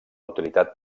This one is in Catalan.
utilitat